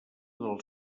dels